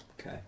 okay